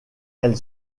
elle